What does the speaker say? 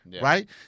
Right